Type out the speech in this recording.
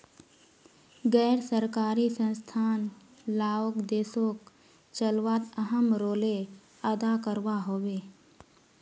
गैर सरकारी संस्थान लाओक देशोक चलवात अहम् रोले अदा करवा होबे